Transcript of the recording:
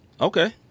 okay